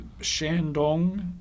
Shandong